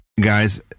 Guys